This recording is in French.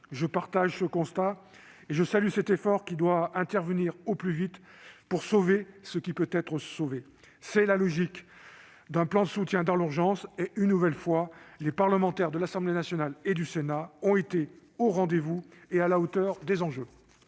le soutien à ce secteur. Je salue cet effort, qui doit intervenir le plus rapidement possible pour sauver ce qui peut être sauvé. C'est la logique d'un plan de soutien dans l'urgence. Une nouvelle fois, les parlementaires de l'Assemblée nationale et du Sénat ont été au rendez-vous et à la hauteur des enjeux.